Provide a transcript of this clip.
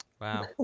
wow